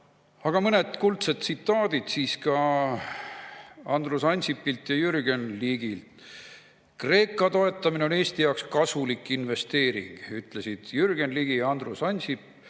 Aga mõned kuldsed tsitaadid siis ka Andrus Ansipilt ja Jürgen Ligilt. "Kreeka toetamine on Eesti jaoks kasulik investeering," ütlesid Jürgen Ligi ja Andrus Ansip